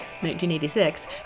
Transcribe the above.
1986